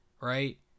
right